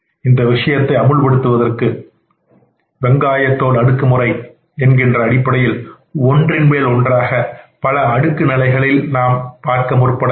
இந்த விஷயத்தை அமுல்படுத்துவதற்கு நாம் வெங்காய தோல் முறை என்கின்ற அடிப்படையில் ஒன்றின் மேல் ஒன்றாக பல அடுக்கு நிலைகளில் பார்க்க முற்படவேண்டும்